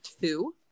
two